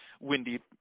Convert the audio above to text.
Windy